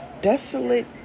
desolate